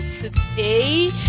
today